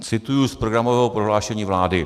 Cituji z programového prohlášení vlády.